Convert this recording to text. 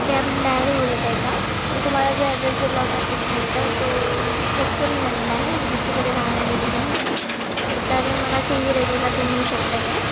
cab driver बोलत आहे का मी तुम्हाला जो ॲड्रेस दिला होता किर्जरचा तो म्हणजे पोस्टपोन झालेला आहे मी दुसरीकडे राहायला गेलेली आहे तर मला सिंधी रेल्वेला तुम्ही येऊ शकताय का